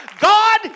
God